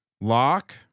Lock